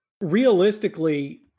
realistically